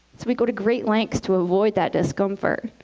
we go to great lengths to avoid that discomfort.